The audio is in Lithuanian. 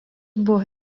buvo